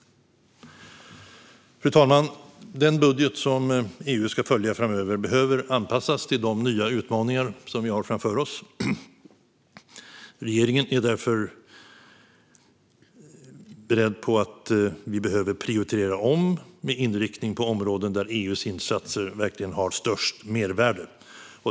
Fru talman! Den budget som EU ska följa framöver behöver anpassas till de nya utmaningar vi har framför oss. Regeringen är därför beredd att prioritera om, med inriktning på områden där EU:s insatser verkligen har störst mervärde.